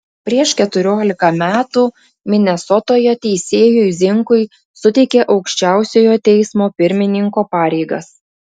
prieš keturiolika metų minesotoje teisėjui zinkui suteikė aukščiausiojo teismo pirmininko pareigas